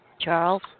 Charles